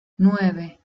nueve